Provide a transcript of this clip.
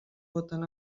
voten